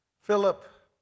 Philip